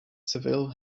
seville